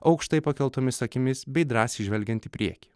aukštai pakeltomis akimis bei drąsiai žvelgiant į priekį